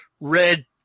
red